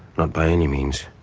not by any means.